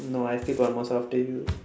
no I think I was after you